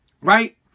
right